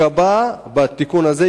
בתיקון הזה,